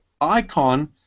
icon